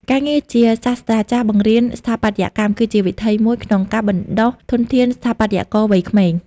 ការងារជាសាស្ត្រាចារ្យបង្រៀនស្ថាបត្យកម្ម គឺជាវិថីមួយក្នុងការបណ្ដុះធនធានស្ថាបត្យករវ័យក្មេង។